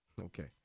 Okay